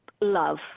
love